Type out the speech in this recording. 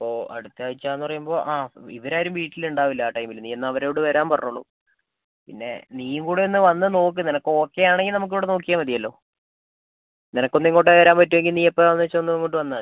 അപ്പോൾ അടുത്ത ആഴ്ച എന്ന് പറയുമ്പോൾ ആ ഇവർ ആരും വീട്ടിൽ ഉണ്ടാവില്ല ആ ടൈമിൽ നീ എന്നാൽ അവരോട് വരാൻ പറഞ്ഞോളൂ പിന്നെ നീയും കൂടെ ഒന്ന് വന്ന് നോക്ക് നിനക്ക് ഓക്കെ ആണെങ്കിൽ നമുക്ക് ഇവിടെ നോക്കിയാൽ മതിയല്ലോ നിനക്ക് ഒന്ന് ഇങ്ങോട്ട് വരാൻ പറ്റുമെങ്കിൽ നീ എപ്പോഴാണെന്ന് വെച്ചാൽ ഒന്ന് ഇങ്ങോട്ട് വന്നാൽ മതി